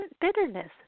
bitterness